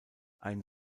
ein